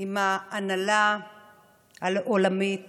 עם ההנהלה העולמית